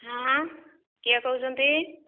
ହଁ କିଏ କହୁଛନ୍ତି